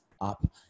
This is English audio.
up